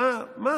מה?